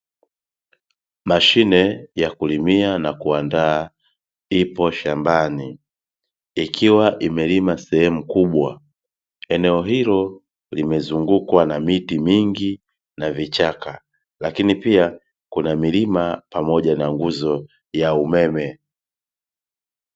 Mashine ya kulimia na kuandaa ipo shambani, ikiwa imelima sehemu kubwa. Eneo hilo limezungukwa na miti mingi na vichaka. Lakini pia kuna milima pamoja na nguzo ya umeme.